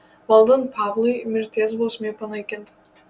valdant pavlui mirties bausmė panaikinta